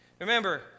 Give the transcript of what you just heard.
Remember